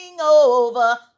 over